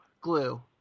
Glue